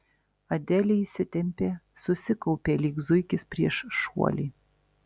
adelė įsitempė susikaupė lyg zuikis prieš šuolį